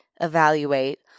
evaluate